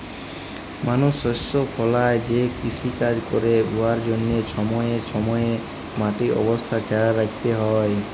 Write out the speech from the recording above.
মালুস শস্য ফলাঁয় যে কিষিকাজ ক্যরে উয়ার জ্যনহে ছময়ে ছময়ে মাটির অবস্থা খেয়াল রাইখতে হ্যয়